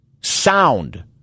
sound